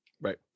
right